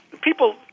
people